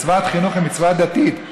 מצוות חינוך היא מצווה דתית.